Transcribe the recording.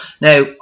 now